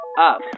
up